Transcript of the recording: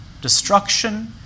destruction